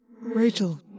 Rachel